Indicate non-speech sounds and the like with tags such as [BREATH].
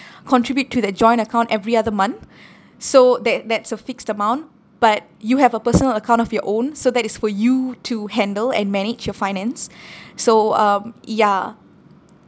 contribute to the joint account every other month so that that's a fixed amount but you have a personal account of your own so that is for you to handle and manage your finance [BREATH] so um ya